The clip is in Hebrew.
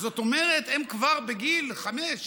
כלומר הם כבר בגיל חמש,